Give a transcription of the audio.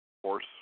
force